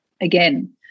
again